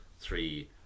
three